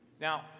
Now